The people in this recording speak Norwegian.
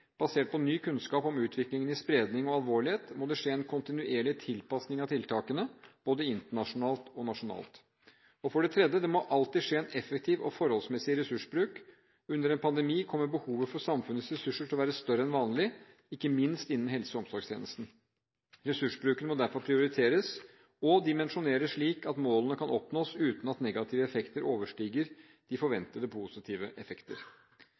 Basert på ny kunnskap om utviklingen i spredning og alvorlighet må det skje en kontinuerlig tilpasning av tiltakene, både internasjonalt og nasjonalt. For det tredje: Det må alltid skje en effektiv og forholdsmessig ressursbruk. Under en pandemi kommer behovet for samfunnets ressurser til å være større enn vanlig, ikke minst innen helse- og omsorgstjenesten. Ressursbruken må derfor prioriteres og dimensjoneres slik at målene kan oppnås uten at de negative effekter overstiger de forventede positive effekter.